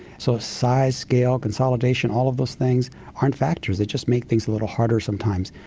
so, size, scale, consolidation all of those things aren't factors, they just make things a little harder sometimes.